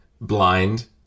blind